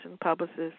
publicist